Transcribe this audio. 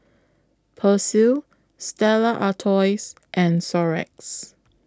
Persil Stella Artois and Xorex